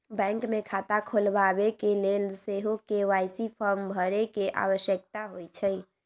bank मे खता खोलबाबेके लेल सेहो के.वाई.सी फॉर्म भरे के आवश्यकता होइ छै